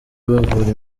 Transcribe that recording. bavura